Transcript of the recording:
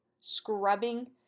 scrubbing